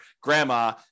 grandma